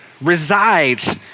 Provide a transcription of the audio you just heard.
resides